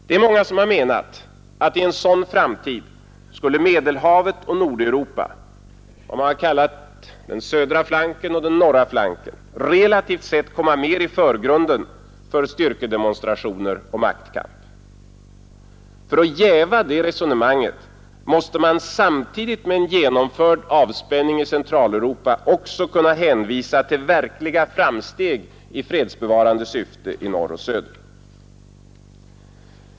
Det är många som har menat att i en sådan framtid skulle Medelhavet och Nordeuropa — vad man har kallat den södra och den norra flanken — relativt sett komma mer i förgrunden för styrkedemonstrationer och maktkamp. För att jäva det resonemanget måste man samtidigt med en genomförd avspänning i Centraleuropa också kunna hänvisa till verkliga framsteg i fredsbevarande syfte i norr och söder.